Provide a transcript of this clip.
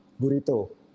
Burrito